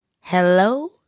Hello